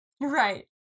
Right